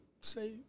say